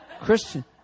Christian